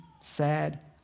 sad